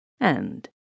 And